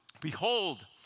behold